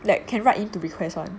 like can write in to request [one]